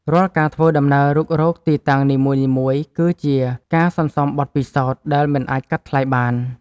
រាល់ការធ្វើដំណើររុករកទីតាំងនីមួយៗ គឺជាការសន្សំបទពិសោធន៍ដែលមិនអាចកាត់ថ្លៃបាន។